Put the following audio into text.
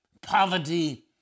poverty